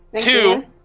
Two